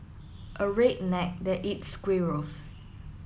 a redneck that eats squirrels